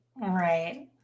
right